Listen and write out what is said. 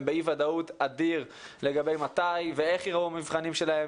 באי ודאות אדיר מתי ואיך ייראו המבחנים שלהם,